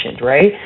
right